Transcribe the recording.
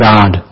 God